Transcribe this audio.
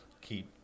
keep